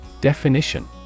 Definition